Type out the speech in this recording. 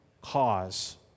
cause